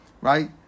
right